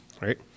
right